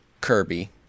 Kirby